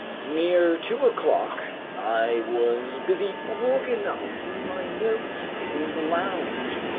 near two o'clock i was busy organizing my notes in the lounge,